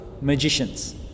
magicians